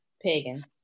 Pagan